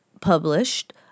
published